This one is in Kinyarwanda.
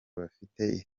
bafite